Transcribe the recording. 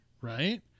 right